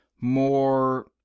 more